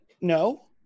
No